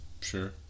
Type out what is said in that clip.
Sure